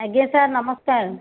ଆଜ୍ଞା ସାର୍ ନମସ୍କାର